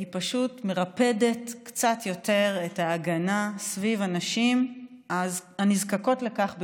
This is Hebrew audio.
היא פשוט מרפדת קצת יותר את ההגנה סביב הנשים הנזקקות לכך ביותר,